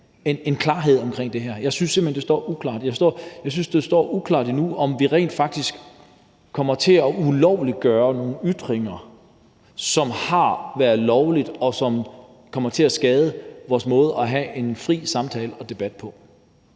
hen, det står uklart. Jeg synes, det står uklart endnu, om vi rent faktisk kommer til at ulovliggøre nogle ytringer, som har været lovlige, og som kommer til at skade vores måde at have en fri samtale og debat på.